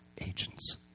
agents